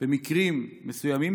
במקרים מסוימים,